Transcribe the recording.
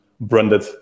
branded